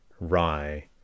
rye